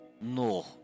No